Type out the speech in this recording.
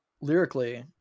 Lyrically